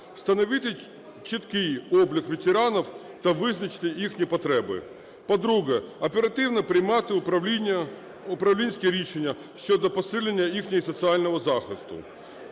встановити чіткий облік ветеранів та визначити їхні потреби. По-друге, оперативно приймати управління, управлінське рішення щодо посилення їхнього соціального захисту.